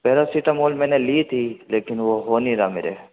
paracetamol मैंने ली थी लेकिन वो हो नहीं रहा मेरे